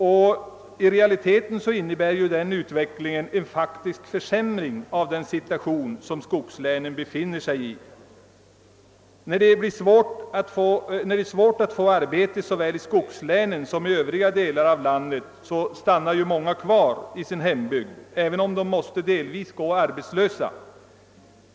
I realiteten innebär ju den utvecklingen en faktisk försämring av den situation som skogslänen befinner sig i, När det är svårt att få arbete såväl i skogslänen som i övriga delar av landet stannar ju många kvar i sin hembygd, även om de tidvis måste gå arbetslösa.